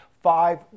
five